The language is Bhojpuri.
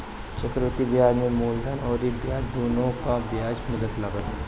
चक्रवृद्धि बियाज में मूलधन अउरी ब्याज दूनो पअ बियाज लागत बाटे